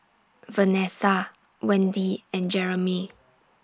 Vanesa Wendy and Jeramy